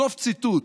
סוף ציטוט.